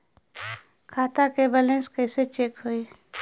खता के बैलेंस कइसे चेक होई?